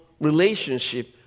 relationship